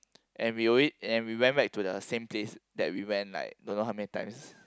and we alway~ and we went back to the same place that we went like don't know how many times